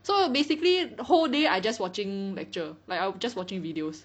so basically whole day I just watching lecture like I just watching videos